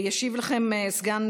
ישיב לכן סגן